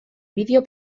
vídeo